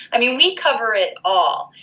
i mean we cover it all,